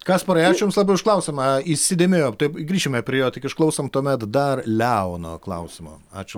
kasparai ačiū jums labai už klausimą įsidėmėjom tuoj grįšime prie jo tik išklausom tuomet dar leono klausimo ačiū